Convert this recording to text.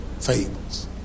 Fables